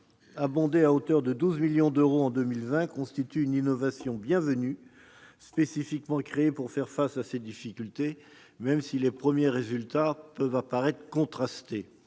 portée à hauteur de 12 millions d'euros en 2020, constitue une innovation bienvenue. Cette prime a été spécifiquement créée pour faire face à ces difficultés, même si les premiers résultats peuvent paraître contrastés.